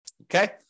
Okay